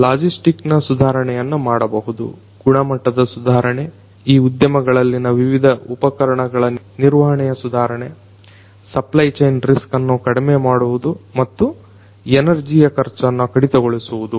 ಲಾಜಿಸ್ಟಿಕ್ನ ಸುಧಾರಣೆಯನ್ನ ಮಾಡಬಹುದು ಗುಣಮಟ್ಟದ ಸುಧಾರಣೆ ಈ ಉದ್ಯಮಗಳಲ್ಲಿನ ವಿವಿಧ ಉಪಕರಣಗಳ ನಿರ್ವಹಣೆಯ ಸುಧಾರಣೆ ಸಪ್ಲೈಚೈನ್ ರಿಸ್ಕ್ ಅನ್ನು ಕಡಿಮೆ ಮಾಡುವುದು ಮತ್ತು ಎನರ್ಜಿಯ ಖರ್ಚನ್ನು ಕಡಿತಗೊಳಿಸುವುದು